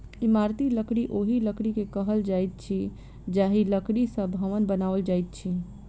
इमारती लकड़ी ओहि लकड़ी के कहल जाइत अछि जाहि लकड़ी सॅ भवन बनाओल जाइत अछि